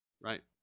right